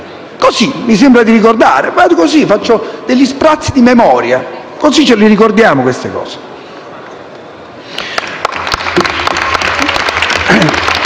Così mi sembra di ricordare, sono giusto sprazzi di memoria, così ricordiamo queste cose.